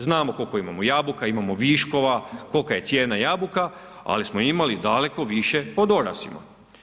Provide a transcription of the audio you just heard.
Znamo koliko imamo jabuka, imamo viškova, kolika je cijena jabuka ali smo imali daleko više pod orasima.